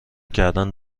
کردن